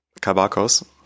Kabakos